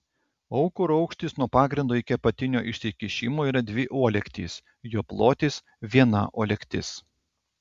aukuro aukštis nuo pagrindo iki apatinio išsikišimo yra dvi uolektys jo plotis viena uolektis